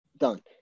Done